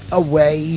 away